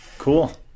Cool